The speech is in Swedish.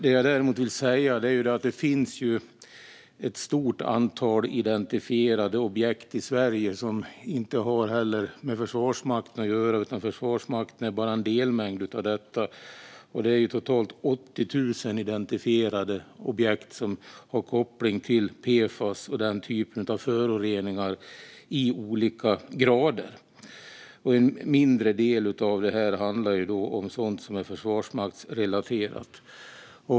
Det jag däremot vill säga är att det finns ett stort antal identifierade objekt i Sverige som inte har med Försvarsmakten att göra. Försvarsmakten är bara en delmängd i detta. Det är totalt 80 000 identifierade objekt som har koppling till PFAS och den typen av föroreningar i olika grad. En mindre del handlar om sådant som är försvarsmaktsrelaterat.